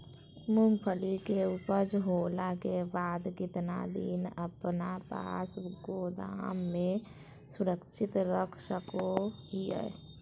मूंगफली के ऊपज होला के बाद कितना दिन अपना पास गोदाम में सुरक्षित रख सको हीयय?